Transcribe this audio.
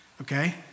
okay